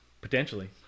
Potentially